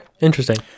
interesting